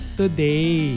today